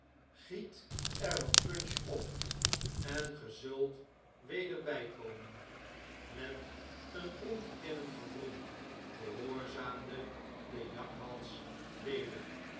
te brengen gieterwat punch op en ge zult weder bnkomen met een ontkennend gebrom gehoorzaamde de jakhals weder